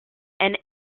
and